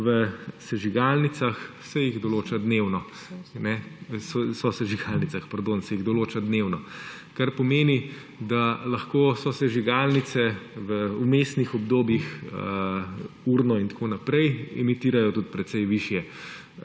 v sosežigalnicah, pardon – se jih določa dnevno, kar pomeni, da lahko sosežigalnice v vmesnih obdobjih urno in tako naprej emitirajo tudi precej višje,